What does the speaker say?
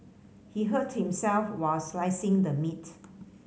he hurt himself while slicing the meat